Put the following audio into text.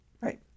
Right